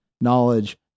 knowledge